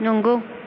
नंगौ